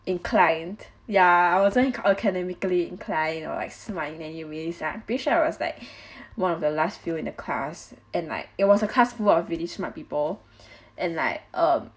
inclined ya I wasn't academically inclined or like smart in anyways ah pretty sure I was like one of the last few in a class and like it was a class full of really smart people and like um